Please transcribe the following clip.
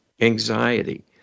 anxiety